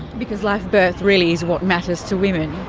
because live birth really is what matters to women.